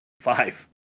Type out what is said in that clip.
five